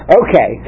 okay